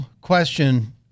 question